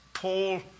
Paul